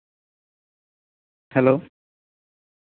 hello